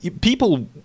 people